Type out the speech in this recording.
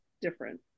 different